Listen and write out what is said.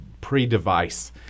pre-device